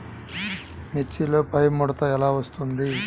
మిర్చిలో పైముడత ఎలా వస్తుంది?